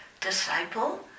disciple